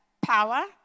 power